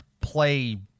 play